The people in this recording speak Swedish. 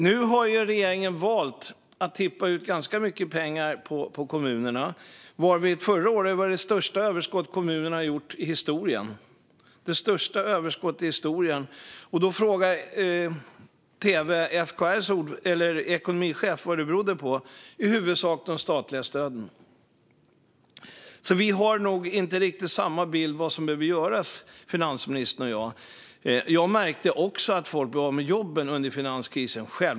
Nu har regeringen valt att tippa ut ganska mycket pengar på kommunerna, varvid kommunerna förra året gjorde sitt största överskott i historien. Tv frågade SKR:s ekonomichef vad det berodde på - i huvudsak de statliga stöden, blev svaret. Så finansministern och jag har nog inte riktigt samma bild av vad som behöver göras. Jag märkte självklart också att folk blev av med jobben under finanskrisen.